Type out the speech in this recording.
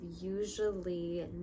usually